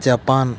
Japan